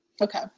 Okay